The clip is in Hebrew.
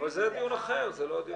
אבל זה דיון אחר, זה לא הדיון.